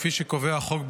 כפי שקובע החוק,